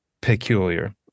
peculiar